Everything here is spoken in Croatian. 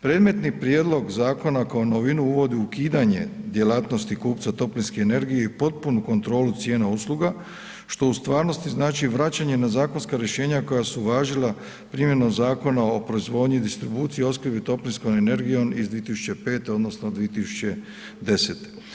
Predmetni prijedlog zakona kao novinu uvodi ukidanje djelatnosti kupca toplinske energije i potpunu kontrolu cijena usluga što u stvarnosti znači vraćanje na zakonska rješenja koja su važila primjenom Zakona o proizvodnji, distribuciji i opskrbi toplinskom energijom iz 2005. odnosno 2010.